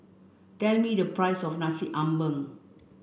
tell me the price of Nasi Ambeng